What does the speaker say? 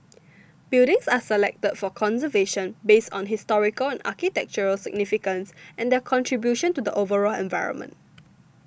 buildings are selected for conservation based on historical and architectural significance and their contribution to the overall environment